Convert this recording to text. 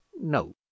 no